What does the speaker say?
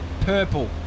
Purple